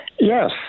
Yes